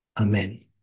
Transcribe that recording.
Amen